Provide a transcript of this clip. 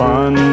Fun